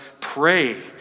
pray